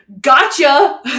Gotcha